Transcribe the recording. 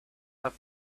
have